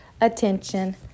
attention